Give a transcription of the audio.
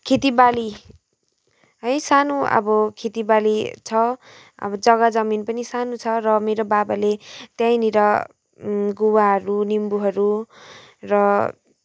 खेतीबाली है सानो अब खेतीबाली छ अब जग्गा जमिन पनि सानो छ र मेरो बाबाले त्यहीँनिर गुवाहरू निम्बुहरू र